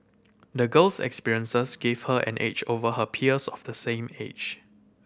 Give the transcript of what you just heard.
the girl's experiences gave her an edge over her peers of the same age